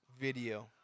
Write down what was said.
video